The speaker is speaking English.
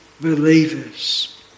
believers